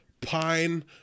Pine